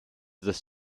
des